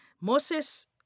Moses